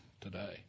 today